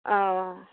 অঁ